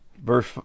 Verse